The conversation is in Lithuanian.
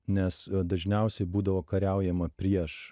nes dažniausiai būdavo kariaujama prieš